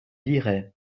liraient